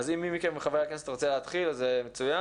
אז מי מכם מחברי הכנסת רוצה להתחיל, זה מצוין.